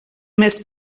més